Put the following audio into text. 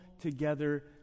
together